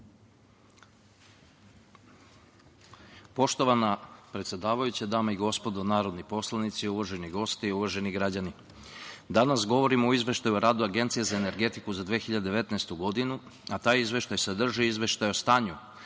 Poštovana predsedavajuća, dame i gospodo narodni poslanici, uvaženi gosti, uvaženi građani, danas govorimo o Izveštaju o radu Agencije za energetiku za 2019. godinu, a taj izveštaj sadrži izveštaj o stanju